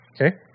Okay